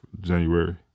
January